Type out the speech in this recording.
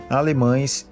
alemães